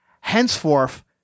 Henceforth